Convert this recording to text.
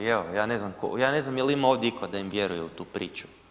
I evo ja ne znam ko, ja ne znam jel ima ovdje iko da im vjeruje u tu priču?